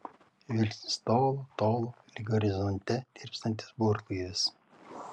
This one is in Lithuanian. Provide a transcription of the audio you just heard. žvilgsnis tolo tolo lyg horizonte tirpstantis burlaivis